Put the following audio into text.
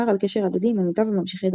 על קשר הדדי עם עמיתיו וממשיכי דרכו.